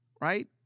right